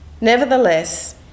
Nevertheless